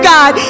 God